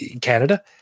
Canada